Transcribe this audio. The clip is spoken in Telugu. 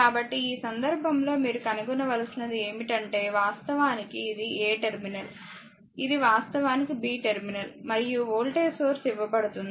కాబట్టి ఈ సందర్భంలో మీరు కనుగొనవలసినది ఏమిటంటే వాస్తవానికి ఇది a టెర్మినల్ ఇది వాస్తవానికి b టెర్మినల్ మరియు వోల్టేజ్ సోర్స్ ఇవ్వబడుతుంది